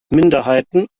minderheiten